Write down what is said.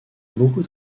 beaucoup